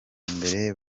mbere